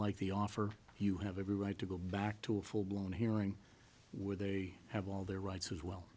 like the offer you have every right to go back to a full blown hearing where they have all their rights as well